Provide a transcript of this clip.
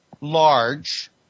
large